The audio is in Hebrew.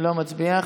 לא מצביע.